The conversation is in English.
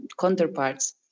counterparts